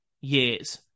years